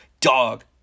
Dog